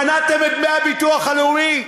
מנעתם את דמי הביטוח הלאומי?